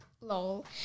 Lol